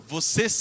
Você